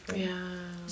ya